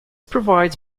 provides